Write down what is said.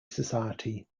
society